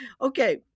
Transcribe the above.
okay